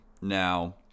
now